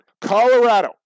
Colorado